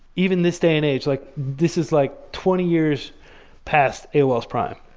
even this day and age, like this is like twenty years passed aols prime.